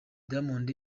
diamond